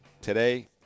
today